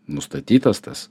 nustatytas tas